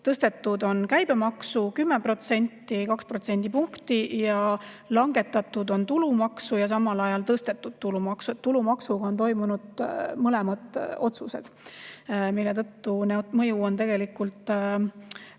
tõstetud on käibemaksu 10%, 2 protsendipunkti, langetatud on tulumaksu ja samal ajal on tõstetud tulumaksu. Tulumaksuga on toimunud mõlemad otsused, mille tõttu mõju on tegelikult